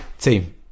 team